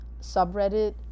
subreddit